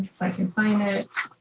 i can find it.